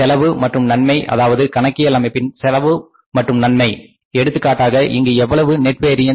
செலவு மற்றும் நன்மை அதாவது கணக்கியல் அமைப்பில் செலவு மற்றும் நன்மை எடுத்துக்காட்டாக இங்கு எவ்வளவு நெட் வேரியன்ஸ்